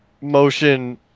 motion